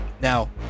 Now